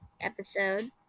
episode